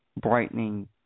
brightening